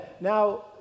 now